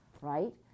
right